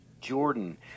Jordan